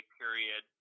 period